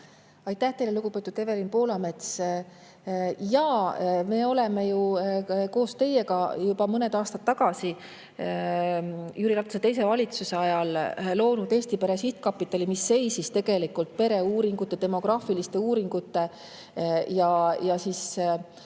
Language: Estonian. Aitäh teile, lugupeetud Evelin Poolamets! Jaa, me oleme ju koos teiega juba mõned aastad tagasi, Jüri Ratase teise valitsuse ajal loonud Pere Sihtkapitali, mis seisab pereuuringute, demograafiliste uuringute ja